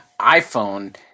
iPhone